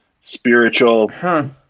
spiritual